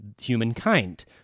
humankind